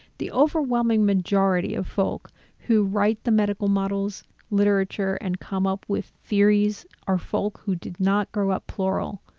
the overwhelming majority of folk who write the medical models literature and come up with theories are folk who did not grow up plural,